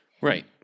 right